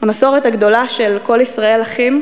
המסורת הגדולה של "כל ישראל אחים"